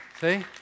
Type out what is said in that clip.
See